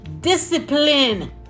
discipline